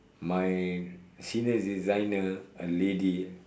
my senior designer a lady